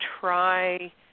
try